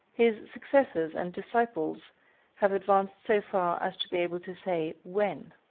his successors and disciples have advanced so far as to be able to say when.